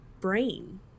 brain